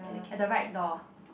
uh at the right door